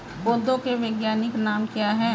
पौधों के वैज्ञानिक नाम क्या हैं?